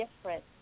different